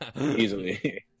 Easily